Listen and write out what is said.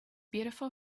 beautiful